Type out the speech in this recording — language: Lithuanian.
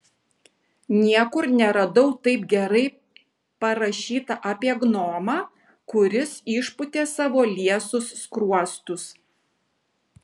niekur neradau taip gerai parašyta apie gnomą kuris išpūtė savo liesus skruostus